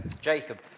Jacob